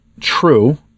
true